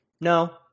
No